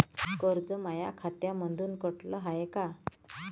कर्ज माया खात्यामंधून कटलं हाय का?